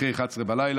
אחרי 23:00,